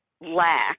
lack